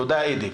תודה, אדי.